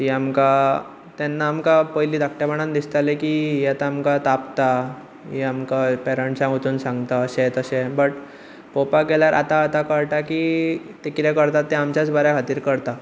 आमकां तेन्ना पयली आमकां धाकटेपणान दिसताले की ही आमकां आतां तापता ही आमकां पेरंट्सांक वचून सांगता अशें तशें बट पळोवपाक गेल्यार आतां आतां कळटा की ती कितें करतात ते आमच्याच बऱ्या खातीर करता